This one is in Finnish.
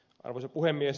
arvoisa puhemies